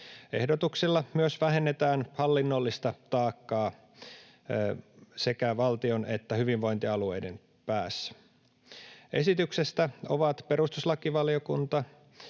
Ehdotuksilla myös vähennetään hallinnollista taakkaa sekä valtion että hyvinvointialueiden päässä. Esityksestä ovat perustuslakivaliokunta